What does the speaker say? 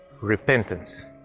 repentance